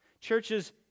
Churches